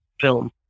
film